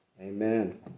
Amen